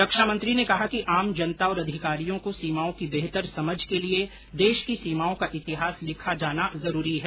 रक्षा मंत्री ने कहा कि आम जनता और अधिकारियों को सीमाओं की बेहतर समझ के लिए देश की सीमाओं का इतिहास लिखा जाना जरूरी है